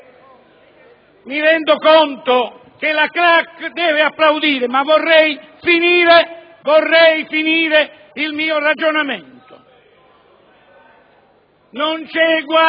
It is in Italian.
Mi rendo conto che la *claque* deve applaudire, ma vorrei finire il mio ragionamento. *(Commenti)*.